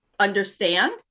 understand